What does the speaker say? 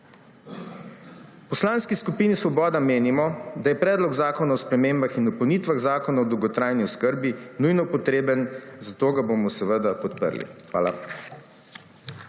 Poslanski skupini Svoboda menimo, da je Predlog zakona o spremembah in dopolnitvah Zakona o dolgotrajni oskrbi nujno potreben, zato ga bomo seveda podprli. Hvala.